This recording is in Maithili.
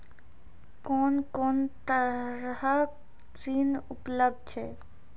कून कून तरहक ऋण उपलब्ध छै?